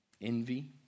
Envy